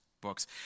Books